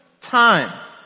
time